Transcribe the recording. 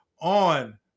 on